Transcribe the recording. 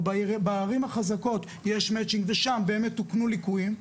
או בערים החזקות יש מצ'ינג ושם באמת תוקנו ליקויים,